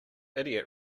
idiot